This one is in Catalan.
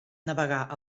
navegar